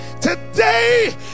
today